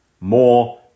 More